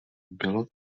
bylo